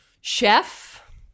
Chef